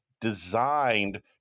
designed